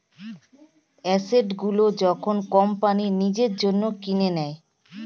asset গুলো যখন company নিজের জন্য কিনে নেয়